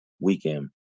weekend